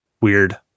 Weird